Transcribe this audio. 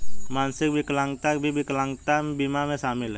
मानसिक विकलांगता भी विकलांगता बीमा में शामिल हैं